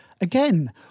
Again